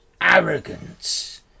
arrogance